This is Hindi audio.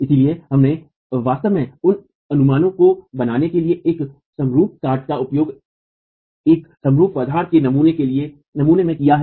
इसलिए हमने वास्तव में उन अनुमानों को बनाने के लिए एक समरूप काट का उपयोग एक समरूप पदार्थ के नमूने के रूप में किया है